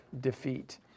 defeat